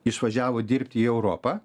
išvažiavo dirbti į europą